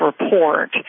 report